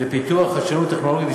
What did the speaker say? לחדשנות טכנולוגית,